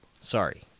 Sorry